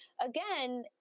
again